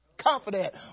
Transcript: confident